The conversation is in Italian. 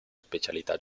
specialità